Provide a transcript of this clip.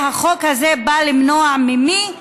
החוק הזה בא למנוע ממי,